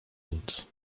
nic